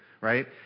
Right